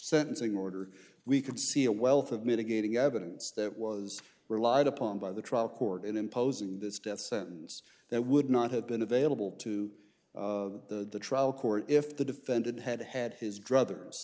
sentencing order we could see a wealth of mitigating evidence that was relied upon by the trial court in imposing this death sentence that would not have been available to the trial court if the defendant had had his druthers